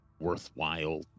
worthwhile